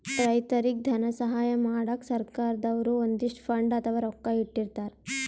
ರೈತರಿಗ್ ಧನ ಸಹಾಯ ಮಾಡಕ್ಕ್ ಸರ್ಕಾರ್ ದವ್ರು ಒಂದಿಷ್ಟ್ ಫಂಡ್ ಅಥವಾ ರೊಕ್ಕಾ ಇಟ್ಟಿರ್ತರ್